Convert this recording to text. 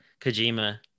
kojima